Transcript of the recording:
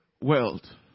world